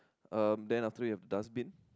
um then after that you have the dustbin